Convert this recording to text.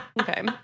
Okay